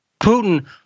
Putin